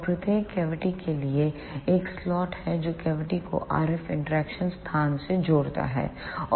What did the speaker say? और प्रत्येक कैविटी के लिए एक स्लॉट है जो कैविटी को RF इंटरैक्शन स्थान से जोड़ता है